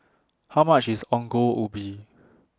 How much IS Ongol Ubi